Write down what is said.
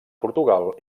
portugal